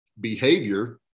behavior